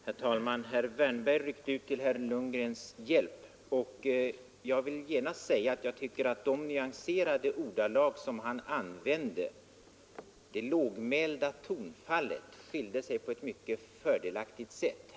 Herr talman! Herr Wärnberg ryckte ut till herr Lundgrens hjälp, och jag vill genast säga att jag tycker att de nyanserade ordalag och det lågmälda tonfall som han använde skilde sig på ett fördelaktigt sätt från herr Lundgrens anförande.